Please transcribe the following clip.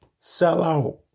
sellout